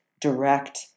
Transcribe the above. direct